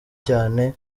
cyane